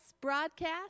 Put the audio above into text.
broadcast